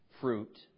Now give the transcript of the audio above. fruit